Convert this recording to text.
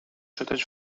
czytać